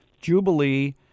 Jubilee